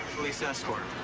police escort